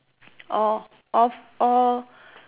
orh off all